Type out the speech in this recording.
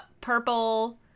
purple